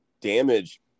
damage